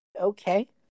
Okay